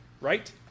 right